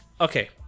Okay